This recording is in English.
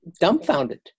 dumbfounded